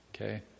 Okay